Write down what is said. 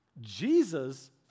Jesus